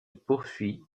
poursuit